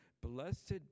blessed